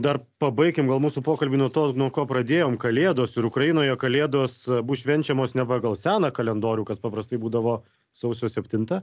dar pabaikim gal mūsų pokalbį nuo to nuo ko pradėjom kalėdos ir ukrainoje kalėdos bus švenčiamos ne pagal seną kalendorių kas paprastai būdavo sausio septinta